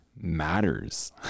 matters